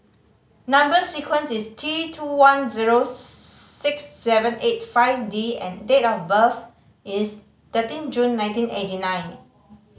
number sequence is T two one zero six seven eight five D and date of birth is thirteen June nineteen eighty nine